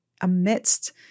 amidst